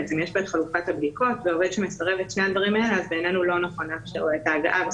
זה עובד שמסרב לשני הדברים האלה ובעינינו לא נכון לאפשר לו את ההגעה.